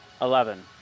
Eleven